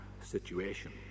situation